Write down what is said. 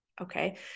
Okay